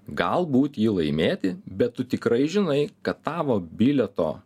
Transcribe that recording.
galbūt jį laimėti bet tu tikrai žinai kad tavo bilieto